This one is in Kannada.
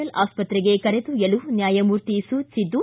ಎಲ್ ಆಸ್ಪತ್ರೆಗೆ ಕರೆದೊಯ್ನಲು ನ್ಹಾಯಮೂರ್ತಿ ಸೂಚಿಸಿದ್ದು